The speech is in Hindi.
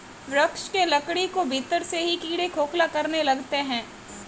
वृक्ष के लकड़ी को भीतर से ही कीड़े खोखला करने लगते हैं